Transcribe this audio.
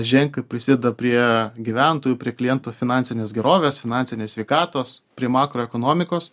ženkliai prisideda prie gyventojų prie klientų finansinės gerovės finansinės sveikatos prie makroekonomikos